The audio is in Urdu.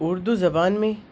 اردو زبان میں